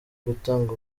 gutanga